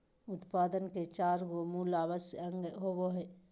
उत्पादन के चार गो मूल आवश्यक अंग होबो हइ